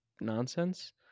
nonsense